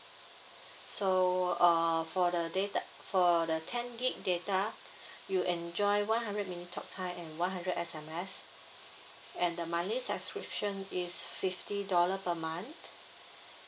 so err for the data for the ten gig data you enjoy one hundred minute talk time and one hundred S_M_S and the monthly subscription is fifty dollar per month